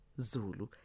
Zulu